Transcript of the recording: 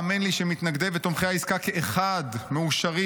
האמן לי שמתנגדי ותומכי העסקה כאחד מאושרים